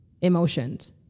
emotions